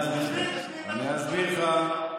אז אני אסביר לך.